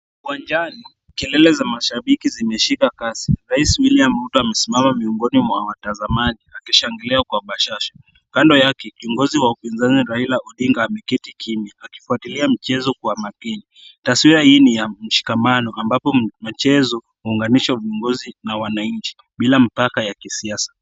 Uwanjani kelele za mashabiki zimeshika kasi rais William Ruto amesimama miongoni mwa watazamaji akishangilia kwa bashasha. Kando yake kiongozi wa upinzani Raila Odinga ameketi kimya akifuatilia michezo kwa makini, taswira hii ni ya mshikamano ambapo mchezo huunganisha viongozi na wananchi bila mipaka ya kisiasa.